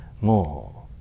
more